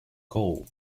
coal